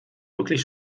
wirklich